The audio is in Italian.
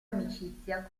amicizia